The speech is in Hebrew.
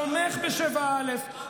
תומך ב-7א.